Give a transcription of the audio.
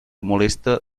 molesta